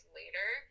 later